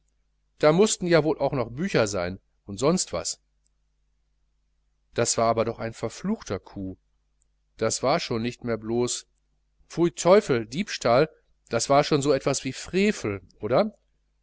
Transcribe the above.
da mußten ja wol auch noch bücher sein und sonst was das war aber doch ein verfluchter coup das war schon nicht mehr blos pfui teufel diebstahl das war so was wie frevel oder